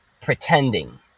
pretending